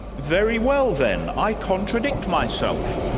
very well then, i contradict myself.